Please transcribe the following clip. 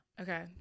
okay